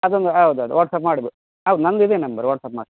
ಅದೊಂದು ಹೌದ್ ಹೌದು ವಾಟ್ಸ್ಆ್ಯಪ್ ಮಾಡ್ಬಿ ಹೌದ್ ನಂದು ಇದೆ ನಂಬರ್ ವಾಟ್ಸ್ಆ್ಯಪ್ ಮಾ